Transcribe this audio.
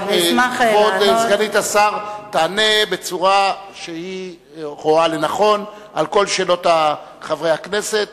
כבוד סגנית השר תענה בצורה שהיא רואה לנכון על כל שאלות חברי הכנסת